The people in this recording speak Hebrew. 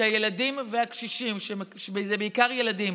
שהילדים והקשישים, זה בעיקר ילדים,